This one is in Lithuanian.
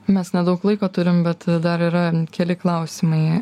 mes nedaug laiko turim bet dar yra keli klausimai